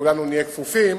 וכולנו נהיה כפופים,